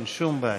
אין שום בעיה.